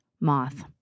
moth